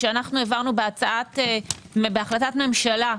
כשהעברנו בהחלטת ממשלה,